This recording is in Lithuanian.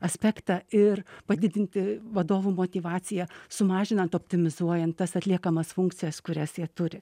aspektą ir padidinti vadovų motyvaciją sumažinant optimizuojant tas atliekamas funkcijas kurias jie turi